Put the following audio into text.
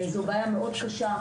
זו בעיה מאוד קשה.